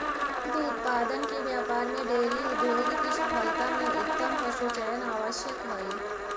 दुग्ध उत्पादन के व्यापार में डेयरी उद्योग की सफलता में उत्तम पशुचयन आवश्यक हई